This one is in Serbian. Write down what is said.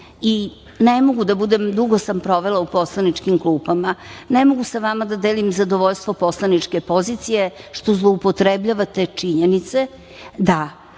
i ne mogu da budem, dugo sam provela u poslaničkim klupama, ne mogu sa vama da delim zadovoljstvo poslaničke pozicije što zloupotrebljavate činjenice da